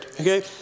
Okay